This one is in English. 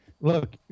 look